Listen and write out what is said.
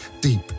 deep